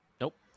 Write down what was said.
nope